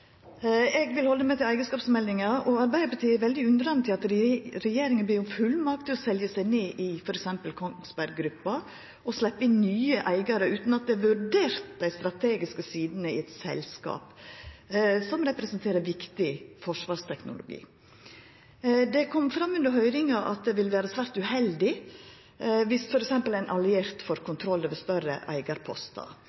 Eg vil halda meg til eigarskapsmeldinga, og Arbeidarpartiet er veldig undrande til at regjeringa ber om fullmakt til å selja seg ned i f.eks. Kongsberg Gruppen og sleppa inn nye eigarar utan at ein har vurdert dei strategiske sidene i eit selskap som representerer viktig forsvarsteknologi. Det kom fram under høyringa at det vil vera svært uheldig dersom f.eks. ein alliert